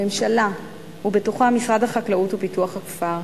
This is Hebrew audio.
הממשלה, ובתוכה משרד החקלאות ופיתוח הכפר,